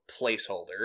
placeholder